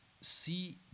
see